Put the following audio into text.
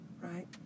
right